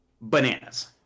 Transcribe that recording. Bananas